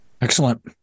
Excellent